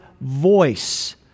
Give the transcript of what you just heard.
voice